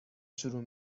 شروع